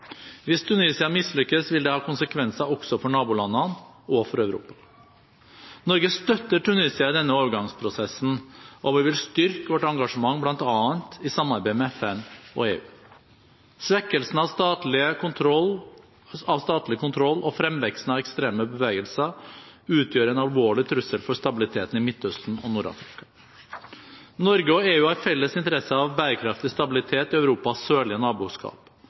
Hvis Tunisia mislykkes, vil det ha konsekvenser også for nabolandene og for Europa. Norge støtter Tunisia i denne overgangsprosessen, og vi vil styrke vårt engasjement, bl.a. i samarbeid med FN og EU. Svekkelsen av statlig kontroll og fremveksten av ekstreme bevegelser utgjør en alvorlig trussel for stabiliteten i Midtøsten og Nord-Afrika. Norge og EU har felles interesse av bærekraftig stabilitet i Europas sørlige naboskap,